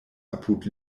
apud